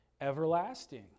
everlasting